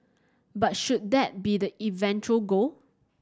but should that be the eventual goal